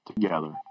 together